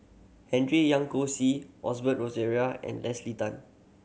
Henry Young See Osbert Rozario and Leslie Tan